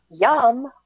Yum